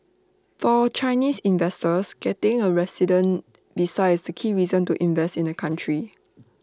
for Chinese investors getting A resident visa is the key reason to invest in the country